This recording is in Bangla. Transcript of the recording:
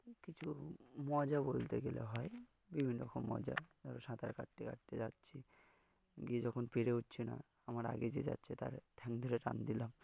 কিছু মজা বলতে গেলে হয় বিভিন্ন রকম মজা ধরো সাঁতার কাটতে কাটতে যাচ্ছি গিয়ে যখন পেরে উঠছে না আমার আগে যে যাচ্ছে তার ঠ্যাং ধরে টান দিলাম